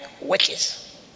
witches